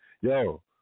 Yo